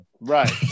Right